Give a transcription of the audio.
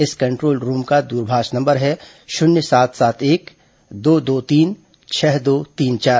इस control room का दूरभाष नम्बर है शून्य सात सात एक दो दो तीन छह दो तीन चार